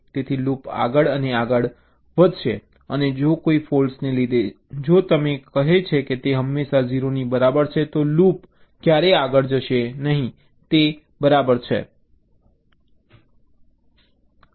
તેથી લૂપ આગળ અને આગળ વધશે અને જો કોઈ ફૉલ્ટને લીધે જો તે કહે છે કે તે હંમેશા 0 ની બરાબર છે તો લૂપ ક્યારેય આગળ જશે નહીં તે તરત જ બહાર આવશે